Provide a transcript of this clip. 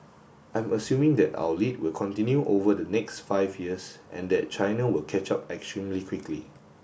I'm assuming that our lead will continue over the next five years and that China will catch up extremely quickly